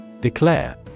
Declare